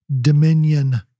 dominion